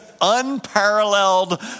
unparalleled